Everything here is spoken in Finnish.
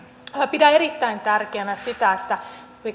pidän erittäin tärkeänä sitä että me